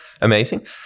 Amazing